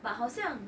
but 好像